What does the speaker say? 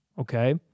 Okay